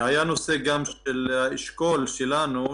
היה הנושא של האשכול שלנו,